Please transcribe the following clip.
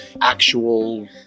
actual